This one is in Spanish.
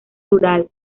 rural